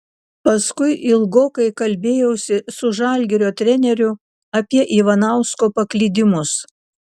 paskui ilgokai kalbėjausi su žalgirio treneriu apie ivanausko paklydimus